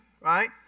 right